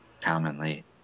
commonly